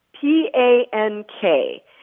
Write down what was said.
P-A-N-K